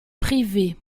privé